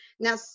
Now